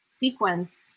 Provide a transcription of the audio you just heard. Sequence